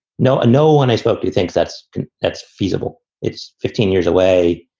no, no one i spoke to thinks that's that's feasible. it's fifteen years away.